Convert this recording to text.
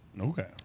Okay